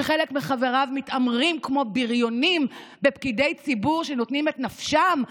שחלק מחבריו מתעמרים כמו בריונים בפקידי ציבור שנותנים את נפשם שם,